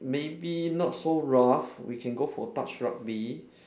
maybe not so rough we can go for touch rugby